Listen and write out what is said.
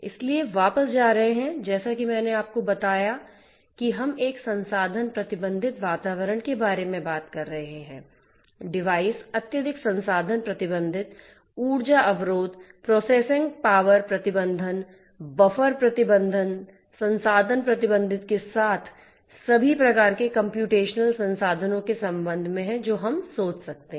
इसलिए वापस जा रहे हैं जैसा कि मैंने आपको बताया कि हम एक संसाधन प्रतिबंधित वातावरण के बारे में बात कर रहे हैं डिवाइस अत्यधिक संसाधन प्रतिबंधित ऊर्जा अवरोध प्रोसेसिंग पावर प्रति बंधन बफर प्रति बंधन संसाधन प्रतिबंधित के साथ सभी प्रकार के कम्प्यूटेशनल संसाधनों के संबंध में हैं जो हम सोच सकते हैं